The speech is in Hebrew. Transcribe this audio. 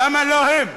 למה לא הם?